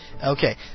Okay